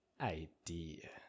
idea